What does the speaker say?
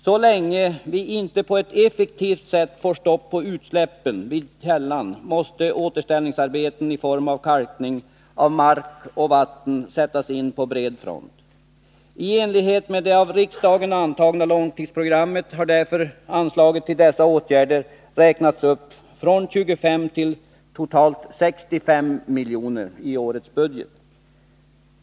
Så länge vi inte på ett effektivt sätt får stopp på utsläppen vid källan, måste återställningsarbeten i form av kalkning av mark och vatten sättas in på bred front. I enlighet med det från riksdagen antagna långtidsprogrammet har därför anslaget till dessa åtgärder räknats upp från 25 till totalt 65 milj.kr. i årets budget.